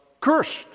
cursed